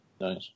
Nice